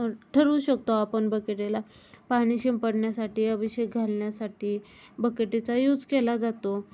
ठरवू शकतो आपण बकेटेला पाणी शिंपडण्यासाठी अभिषेक घालण्यासाठी बकेटेचा यूज केला जातो